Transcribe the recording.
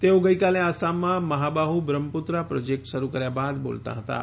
તેઓ ગઈકાલે આસામમાં મહાબાહુ બ્રહ્મપુત્રા પ્રોજેક્ટ શરૂ કર્યા બાદ બોલતાં હતાં